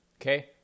Okay